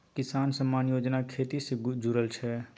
किसान सम्मान योजना खेती से जुरल छै